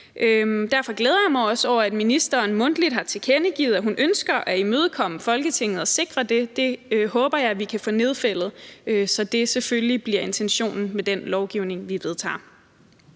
Derfor glæder jeg mig også over, at ministeren mundtligt har tilkendegivet, at hun ønsker at imødekomme Folketinget og sikre det. Det håber jeg at vi kan få nedfældet, så det selvfølgelig bliver intentionen med den lovgivning, vi vedtager.